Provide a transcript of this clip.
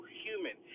human